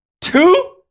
two